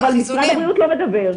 אבל משרד הבריאות לא מדבר.